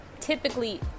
typically